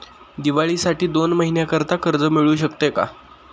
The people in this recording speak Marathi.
दिवाळीसाठी दोन महिन्याकरिता कर्ज मिळू शकते का?